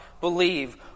believe